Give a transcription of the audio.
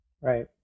Right